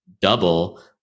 double